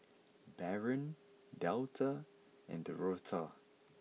Barron Delta and Dorotha